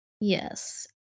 Yes